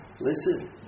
Listen